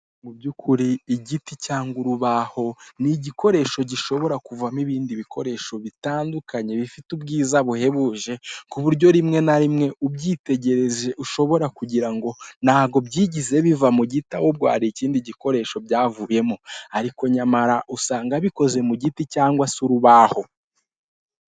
Mubyukuri igiti cyangwa urubaho ni igikoresho gishobora kuvamo ibindi bikoresho bitandukanye bifite ubwiza buhebuje, kuburyo rimwe na rimwe ubyitegereje ushobora kugira ngo ntago byigeze biva mu giti ahubwo hari ikindi gikoresho byavuyemo, ariko nyamara usanga bikoze mu giti cyangwa se urubaho.